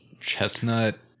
chestnut